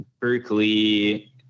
Berkeley